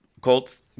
Colts